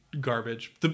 garbage